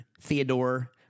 Theodore